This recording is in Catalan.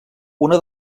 una